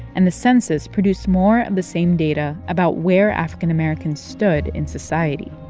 and the census produced more of the same data about where african americans stood in society